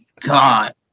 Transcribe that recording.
God